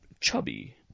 chubby